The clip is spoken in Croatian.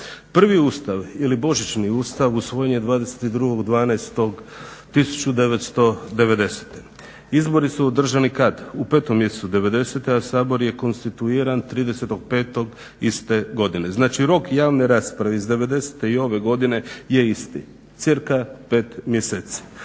Prvi Ustav ili Božićni ustav usvojen je 22.12.1990. izbori su održani kad? U 5.mjesecu '90.-te, a Sabor je konstituiran 30.5.iste godine. znači rok javne rasprave iz devedesete i ove godine je isti, cca 5 mjeseci.